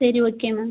சரி okay ma'am